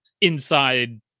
inside